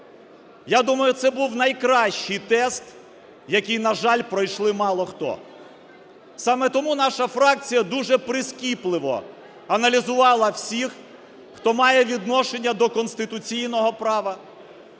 я думаю, це був найкращий тест, який, на жаль, пройшли мало хто. Саме тому наша фракція дуже прискіпливо аналізувала всіх, хто має відношення до конституційного права,